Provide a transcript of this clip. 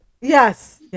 Yes